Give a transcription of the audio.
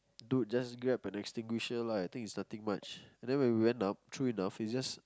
dude just grab an extinguisher lah I think it's nothing much and then when we went up true enough it's just